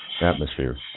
atmosphere